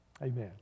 Amen